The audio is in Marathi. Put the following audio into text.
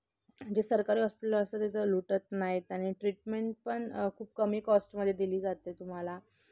जे सरकारी हॉस्पिटल असतं तिथं लुटत नाही आहेत आणि ट्रीटमेंट पण खूप कमी कॉस्टमध्ये दिली जाते तुम्हाला